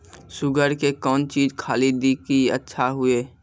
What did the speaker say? Sugar के कौन चीज खाली दी कि अच्छा हुए?